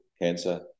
cancer